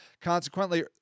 consequently